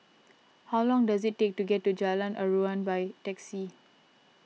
how long does it take to get to Jalan Aruan by taxi